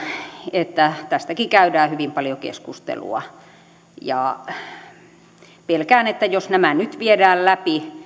että tästäkin käydään hyvin paljon keskustelua pelkään että jos nämä nyt viedään läpi